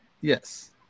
Yes